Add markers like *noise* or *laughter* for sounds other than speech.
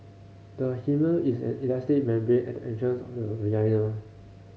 the hymen is an elastic membrane at the *unintelligible*